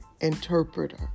interpreter